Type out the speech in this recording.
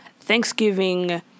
Thanksgiving